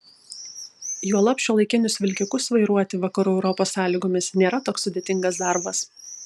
juolab šiuolaikinius vilkikus vairuoti vakarų europos sąlygomis nėra toks sudėtingas darbas